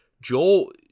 Joel